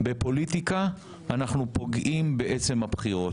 בפוליטיקה אנחנו פוגעים בעצם הבחירות.